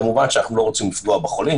כמובן אנחנו לא רוצים לפגוע בחולים,